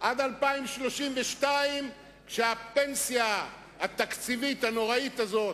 עד 2032, כשהפנסיה התקציבית הנוראית הזאת